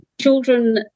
Children